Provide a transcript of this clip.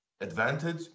advantage